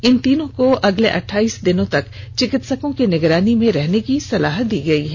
इन तीनों को अगले अठाईस दिनों तक चिकित्सकों की निगरानी में रहने की सलाह दी गयी है